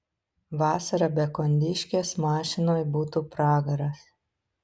vasarą be kondiškės mašinoj būtų pragaras